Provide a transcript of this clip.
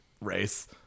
race